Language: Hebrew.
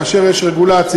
כאשר יש רגולציה,